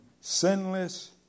sinless